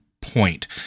point